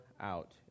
out